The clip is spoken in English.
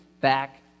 back